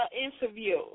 interview